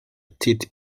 petite